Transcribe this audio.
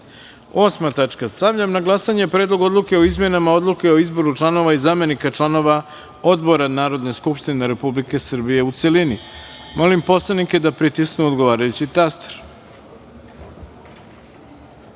reda. Stavljam na glasanje Predlog odluke o izmenama Odluke o izboru članova i zamenika članova odbora Narodne skupštine Republike Srbije, u celini. Molim poslanike da pritisnu odgovarajući